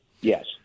yes